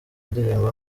indirimbo